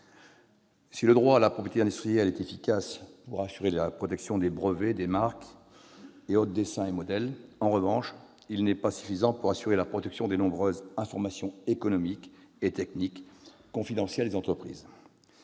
Si le droit de la propriété industrielle est efficace pour assurer la protection des brevets, des marques et autres dessins et modèles, il n'est en revanche pas suffisant pour assurer celle des nombreuses informations économiques et techniques confidentielles des entreprises